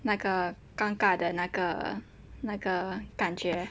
那个尴尬的那个感觉